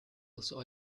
also